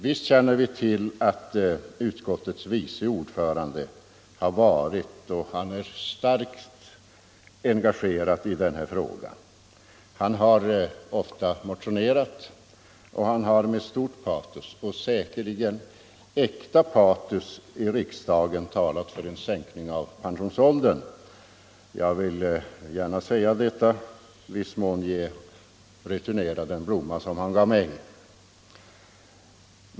Visst känner vi till att utskottets vice ordförande har varit starkt engagerad i denna fråga. Han har ofta motionerat och han har med stort och säkerligen äkta patos i riksdagen talat för en sänkning av pensionsåldern. Jag vill gärna säga detta och i viss mån returnera den blomma som han gav mig.